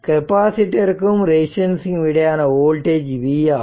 கெப்பாசிட்டர்ருக்கும் ரெசிஸ்டன்ஸ்க்கும் இடையேயான voltage v ஆகும்